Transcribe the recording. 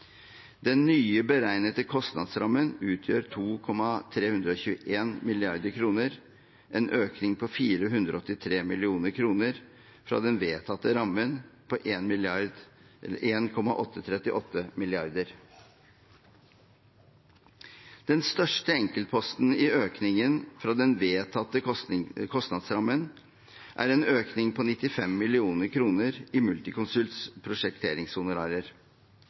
Den nye, beregnede kostnadsrammen utgjør 2,321 mrd. kr, en økning på 483 mill. kr fra den vedtatte rammen på 1,838 mrd. kr. Den største enkeltposten i økningen fra den vedtatte kostnadsrammen er en økning på 95 mill. kr i